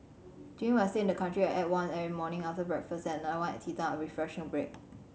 during my stay in the country I ate one every morning after breakfast and another at teatime a refreshing break